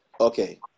Okay